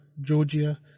Georgia